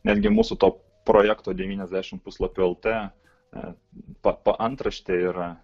netgi mūsų to projekto devyniasdešimt puslapių el t paantraštė yra